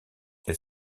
elle